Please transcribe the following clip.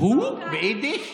הוא, ביידיש?